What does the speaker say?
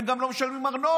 הם גם לא משלמים ארנונה.